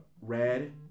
red